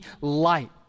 light